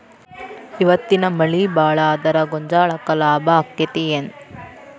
ಇವತ್ತಿನ ಮಳಿ ಭಾಳ ಆದರ ಗೊಂಜಾಳಕ್ಕ ಲಾಭ ಆಕ್ಕೆತಿ ಏನ್?